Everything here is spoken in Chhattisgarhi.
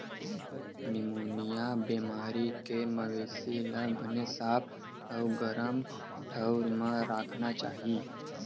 निमोनिया बेमारी के मवेशी ल बने साफ अउ गरम ठउर म राखना चाही